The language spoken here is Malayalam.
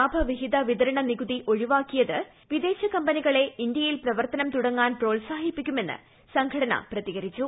ലാഭ വിഹിത വിതരണ നികുതി ഒഴിവാക്കിയത് വിദേശ കമ്പനികളെ ഇന്തൃയിൽ പ്രവർത്തനം തുടങ്ങാൻ പ്രോത്സാഹിപ്പിക്കുമെന്ന് സംഘടന പ്രതികരിച്ചു